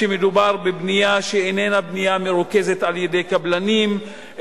כשמדובר בבנייה שאיננה בנייה מרוכזת על-ידי קבלנים,